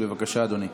בבקשה, אדוני.